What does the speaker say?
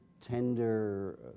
tender